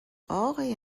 آقای